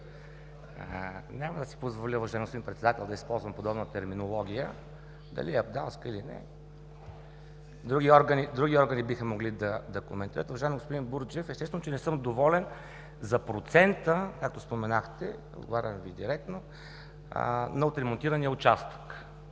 Няма да си позволя, уважаеми господин Председател, да използвам подобна терминология. Дали е абдалска, или не, други органи биха могли да коментират. Уважаеми господин Бурджев, естествено, че не съм доволен за процента, както споменахте, отговарям Ви директно, на отремонтирания участък.